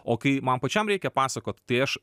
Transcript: o kai man pačiam reikia pasakot tai aš